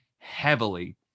heavily